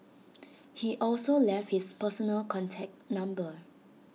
he also left his personal contact number